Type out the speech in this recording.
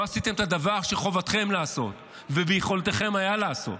לא עשיתם את הדבר שחובתכם לעשות והיה ביכולתכם לעשות: